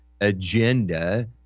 agenda